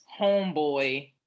homeboy